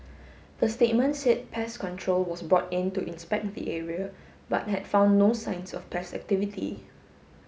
the statement said pest control was brought in to inspect the area but had found no signs of pest activity